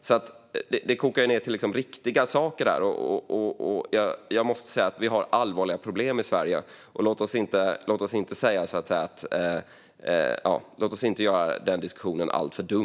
Det här kokar ned till riktiga saker. Vi har allvarliga problem i Sverige. Låt oss inte göra diskussionen alltför dum.